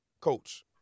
coach